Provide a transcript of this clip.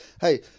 hey